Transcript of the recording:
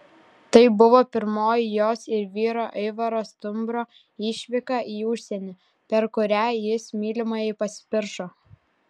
tai buvo pirmoji jos ir vyro aivaro stumbro išvyka į užsienį per kurią jis mylimajai pasipiršo